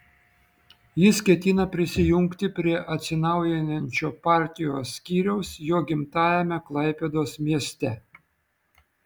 jis ketina prisijungti prie atsinaujinančio partijos skyriaus jo gimtajame klaipėdos mieste